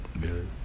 good